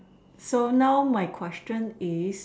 so now my question is